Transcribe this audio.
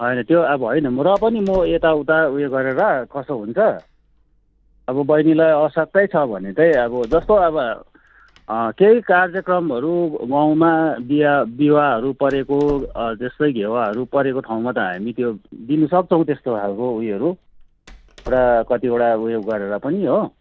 होइन त्यो अब होइन र पनि अब म यताउता उयो गरेर कसो हुन्छ अब बैनीले असाध्यै छ भने चाहिँ अब जस्तो अब केही कार्यक्रमहरू गाउँमा बिहा विवाहहरू परेको जस्तै घेवाहरू परेको ठाउँमा त हामी त्यो दिनुसक्छौँ त्यस्तो खालको उयोहरू एउटा कतिवटा उयो गरेर पनि हो